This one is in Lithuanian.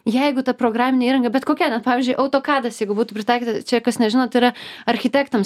jeigu ta programinė įranga bet kokia pavyzdžiui autokadas jeigu būtų pritaikyta čia kas nežinot tai yra architektams